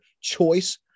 choice